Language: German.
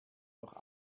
noch